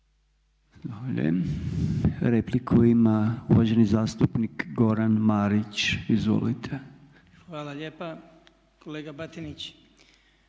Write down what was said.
Zahvaljujem. Repliku ima uvaženi zastupnik Goran Marić. Izvolite. **Marić, Goran